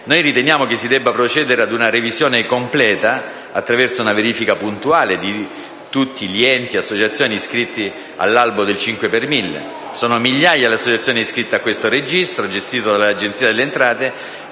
Noi riteniamo che si debba procedere ad una revisione completa attraverso una verifica puntuale di tutti gli enti/associazioni iscritti all'albo del 5 per mille. Sono migliaia le associazioni iscritte a questo registro, gestito dall'Agenzia delle entrate,